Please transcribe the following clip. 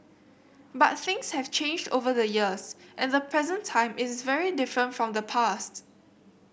but things have changed over the years and the present time is very different from the past